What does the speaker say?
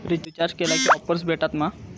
Recharge केला की offers भेटात मा?